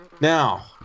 Now